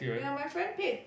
ya my friend paid